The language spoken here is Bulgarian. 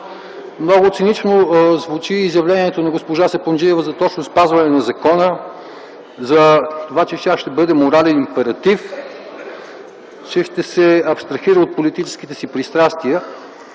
Много цинично звучи изявлението на госпожа Сапунджиева за точно спазване на закона за това, че тя ще бъде морален императив, че ще се абстрахира от политическите си пристрастия.